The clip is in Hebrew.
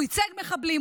הוא ייצג מחבלים.